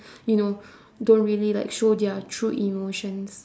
you know don't really like show their true emotions